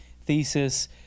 thesis